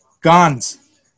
guns